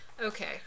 Okay